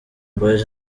boyz